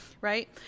Right